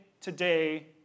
today